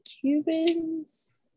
Cubans